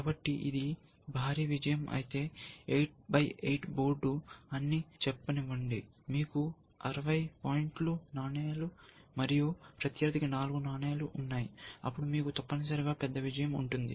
కాబట్టి ఇది భారీ విజయం అయితే బోర్డు అని చెప్పనివ్వండి మీకు అరవై పాయింట్ నాణేలు మరియు ప్రత్యర్థికి నాలుగు నాణేలు ఉన్నాయి అప్పుడు మీకు తప్పనిసరిగా పెద్ద విజయం ఉంటుంది